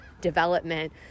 development